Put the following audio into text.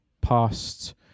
past